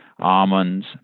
almonds